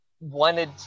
wanted